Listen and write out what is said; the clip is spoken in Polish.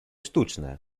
sztuczne